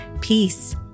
peace